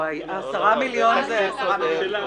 לא, ה-10 מיליון היו קודם לכן.